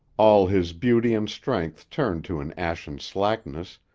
all his beauty and strength turned to an ashen slackness,